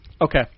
Okay